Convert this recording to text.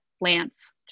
Lance